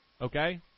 Okay